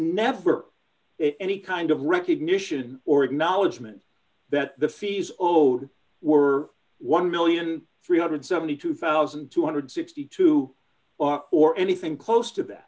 never any kind of recognition or acknowledgement that the fees owed were one million three hundred and seventy two thousand two hundred and sixty two or anything close to that